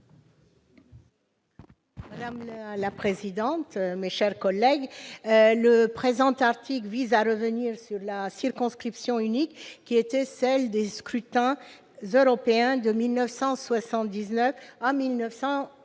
madame la ministre, mes chers collègues, le présent article vise à revenir à la circonscription unique, qui était celle des scrutins européens de 1979 à 1999.